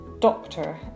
doctor